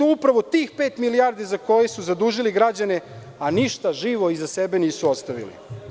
Upravo je tih pet milijardi za koje su zadužili građane, a ništa živo iza sebe nisu ostavili.